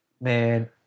man